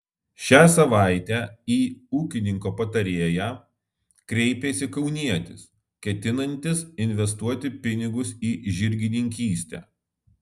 šią savaitę į ūkininko patarėją kreipėsi kaunietis ketinantis investuoti pinigus į žirgininkystę